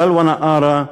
סלווה נקארה,